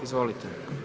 Izvolite.